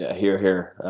ah here, here.